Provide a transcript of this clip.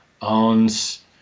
owns